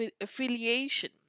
affiliation